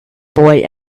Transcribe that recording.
boy